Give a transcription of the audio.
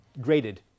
graded